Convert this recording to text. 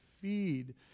feed